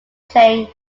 playing